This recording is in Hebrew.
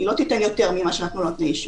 היא לא תיתן יותר ממה שנתנו נותני האישור.